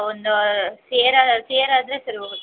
ಒಂದು ಸೇರು ಸೇರಾದರೆ ಸರಿ ಹೋಗುತ್ತೆ